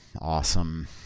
Awesome